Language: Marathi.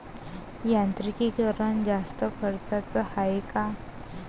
यांत्रिकीकरण जास्त खर्चाचं हाये का?